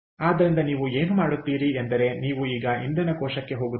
ಆದ್ದರಿಂದ ನೀವು ಏನು ಮಾಡುತ್ತೀರಿ ಎಂದರೆ ನೀವು ಈಗ ಇಂಧನ ಕೋಶಕ್ಕೆ ಹೋಗುತ್ತೀರಿ